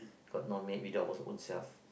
got no maid we do our our own self